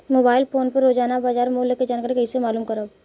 Mobile phone पर रोजाना बाजार मूल्य के जानकारी कइसे मालूम करब?